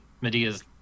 medea's